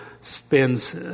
spends